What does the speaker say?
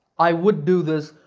i would do this,